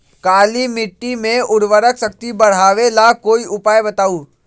काली मिट्टी में उर्वरक शक्ति बढ़ावे ला कोई उपाय बताउ?